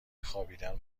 خوابیدن